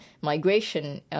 migration